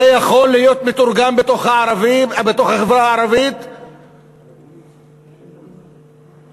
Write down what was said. זה יכול להיות מתורגם בתוך החברה הערבית למצבים מסוכנים ביותר,